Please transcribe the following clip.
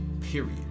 Period